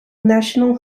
national